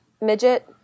midget